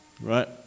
Right